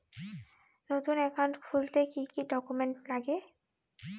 নতুন একাউন্ট খুলতে কি কি ডকুমেন্ট লাগে?